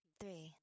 three